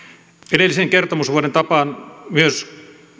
edellisen kertomusvuoden tapaan myös